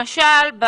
למשל,